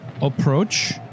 approach